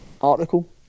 article